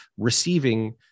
receiving